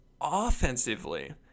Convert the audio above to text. Offensively